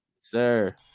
Sir